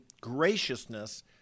graciousness